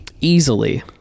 Easily